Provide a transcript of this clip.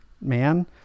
man